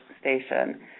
station